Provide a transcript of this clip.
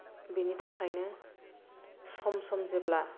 बेनि थाखायनो सम सम जेब्ला